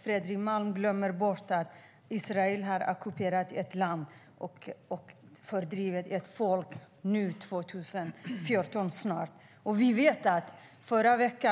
Fredrik Malm glömmer bort att Israel har ockuperat ett land och fördriver ett folk, nu när vi snart har år 2014.